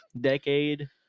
Decade